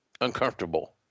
uncomfortable